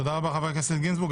תודה רבה, חבר הכנסת גינזבורג.